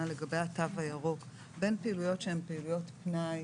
לגבי התו הירוק בין פעילויות שהן פעילויות פנאי,